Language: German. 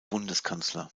bundeskanzler